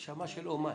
נשמה של אומן.